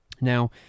Now